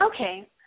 Okay